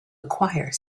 acquire